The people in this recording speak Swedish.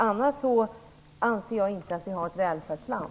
Annars anser jag inte att vi har ett välfärdsland.